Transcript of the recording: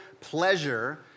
pleasure